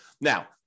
Now